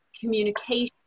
communication